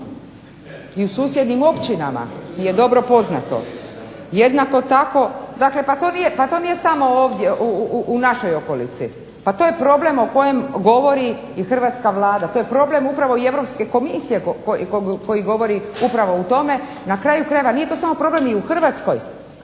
I u susjednim općinama je dobro poznato. Jednako tako dakle pa to nije samo ovdje u našoj okolici, pa to je problem o kojem govori hrvatska Vlada, to je problem upravo i Europske komisije koji govori upravo o tome. Na kraju krajeva nije to samo problem u Hrvatskoj,